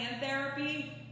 therapy